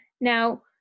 Now